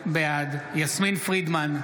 בעד יסמין פרידמן,